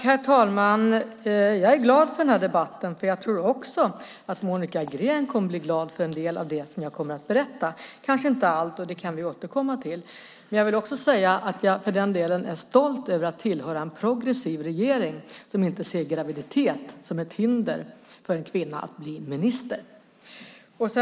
Herr talman! Jag är glad för den här debatten, för jag tror att Monica Green kommer att bli glad för en del av det som jag kommer att berätta, kanske inte allt och det kan vi återkomma till. Jag vill också säga att jag är stolt över att tillhöra en progressiv regering som inte ser graviditet som ett hinder för en kvinna att bli minister.